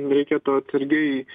reikėtų atsargiai